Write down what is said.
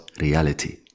reality